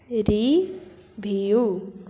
review